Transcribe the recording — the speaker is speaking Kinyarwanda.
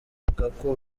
lukaku